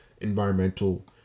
environmental